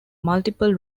multiple